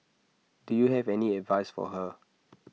do you have any advice for her